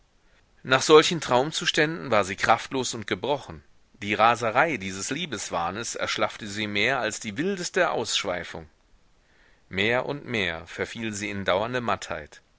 nach solchen traumzuständen war sie kraftlos und gebrochen die raserei dieses liebeswahnes erschlaffte sie mehr als die wildeste ausschweifung mehr und mehr verfiel sie in dauernde mattheit